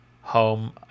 home